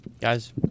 Guys